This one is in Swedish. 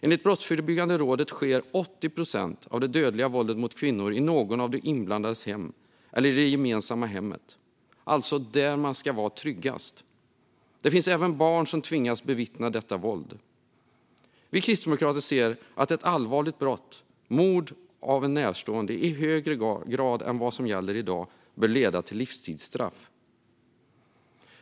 Enligt Brottsförebyggande rådet sker 80 procent av det dödliga våldet mot kvinnor i någon av de inblandades hem eller i det gemensamma hemmet - alltså där man ska vara tryggast. Det finns även barn som tvingas bevittna detta våld. Vi kristdemokrater ser att ett allvarligt brott som mord på en närstående i högre grad än vad som gäller i dag bör leda till livstidsstraff.